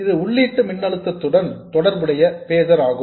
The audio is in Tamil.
இது உள்ளீட்டு மின்னழுத்தத்துடன் தொடர்புடைய பேசர் ஆகும்